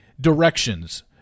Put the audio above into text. directions